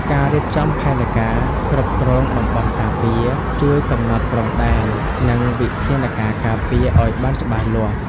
ការរៀបចំផែនការគ្រប់គ្រងតំបន់ការពារ ជួយកំណត់ព្រំដែន និងវិធានការការពារឱ្យបានច្បាស់លាស់។